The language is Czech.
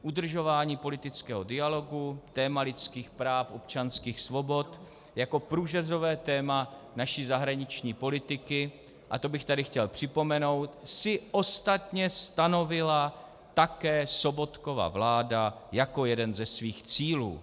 Udržování politického dialogu, téma lidských práv, občanských svobod jako průřezové téma naší zahraniční politiky, a to bych tady chtěl připomenout, si ostatně stanovila také Sobotkova vláda jako jeden ze svých cílů.